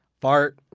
fart!